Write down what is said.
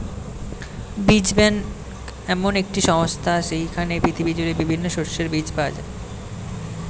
বীজ ব্যাংক এমন একটি সংস্থা যেইখানে পৃথিবী জুড়ে বিভিন্ন শস্যের বীজ পাওয়া যায়